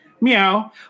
Meow